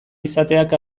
izateak